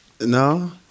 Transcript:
No